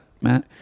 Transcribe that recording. Matt